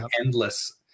endless